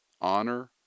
Honor